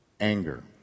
anger